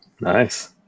Nice